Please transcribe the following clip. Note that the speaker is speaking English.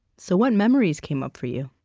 so what memories came up for you?